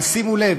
אבל שימו לב,